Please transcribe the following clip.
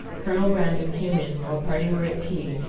colonel brandon came in while the party were at tea,